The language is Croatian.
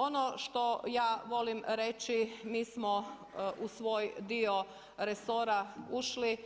Ono što ja volim reći mi smo u svoj dio resora ušli